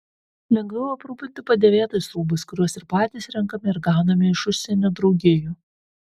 lengviau aprūpinti padėvėtais rūbais kuriuos ir patys renkame ir gauname iš užsienio draugijų